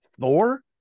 Thor